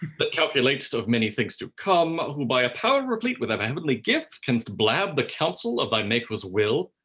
that calculat'st of many things to come who by a power replete with ah heavenly gift can'st blab the counsel of thy maker's will.